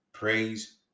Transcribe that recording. praise